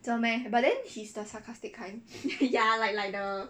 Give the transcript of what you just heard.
ya like like the